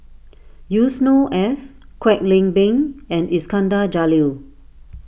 Yusnor Ef Kwek Leng Beng and Iskandar Jalil